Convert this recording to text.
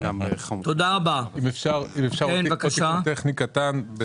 אפשר משהו טכני קטן.